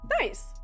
Nice